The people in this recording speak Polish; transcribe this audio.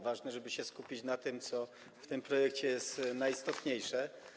Ważne, żeby się skupić na tym, co w tym projekcie jest najistotniejsze.